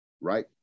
right